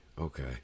Okay